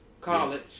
college